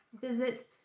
visit